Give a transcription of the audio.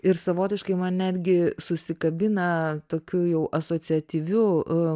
ir savotiškai man netgi susikabina tokiu jau asociatyviu